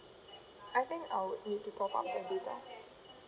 I think I would need to top up the data